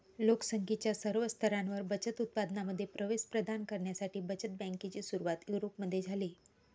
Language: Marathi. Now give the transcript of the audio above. लोक संख्येच्या सर्व स्तरांवर बचत उत्पादनांमध्ये प्रवेश प्रदान करण्यासाठी बचत बँकेची सुरुवात युरोपमध्ये झाली